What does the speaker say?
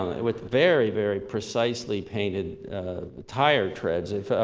and with very, very precisely painted tire treads if ah